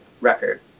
record